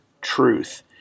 truth